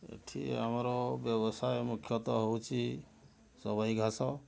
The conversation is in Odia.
ଏଠି ଆମର ବ୍ୟବସାୟ ମୁଖ୍ୟତଃ ହେଉଛି ସବାଇଘାସ